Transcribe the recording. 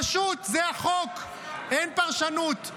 פשוט, זה החוק, אין פרשנות.